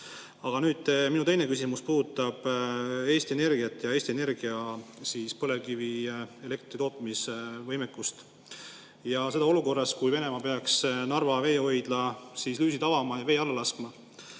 Aga minu teine küsimus puudutab Eesti Energiat ja Eesti Energia põlevkivielektri tootmise võimekust olukorras, kus Venemaa peaks Narva veehoidla lüüsid avama, vee alla laskma.